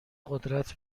قدرت